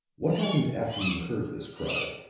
what happened after you heard this cry?